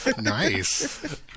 nice